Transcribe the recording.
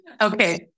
Okay